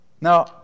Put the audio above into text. Now